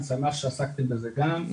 אני שמח שעסקתם בזה גם,